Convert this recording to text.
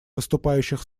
выступающих